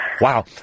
Wow